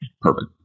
Perfect